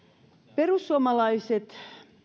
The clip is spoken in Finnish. perussuomalaiset